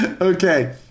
Okay